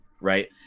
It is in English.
right